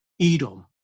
Edom